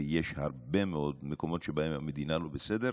ויש הרבה מאוד מקומות שבהם המדינה לא בסדר.